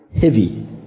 heavy